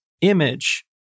image